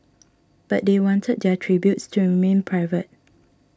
but they wanted their tributes to remain private